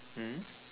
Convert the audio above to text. mm